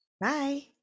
Bye